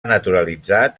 naturalitzat